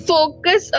Focus